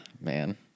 man